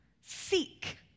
seek